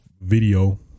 video